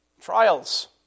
Trials